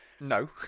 no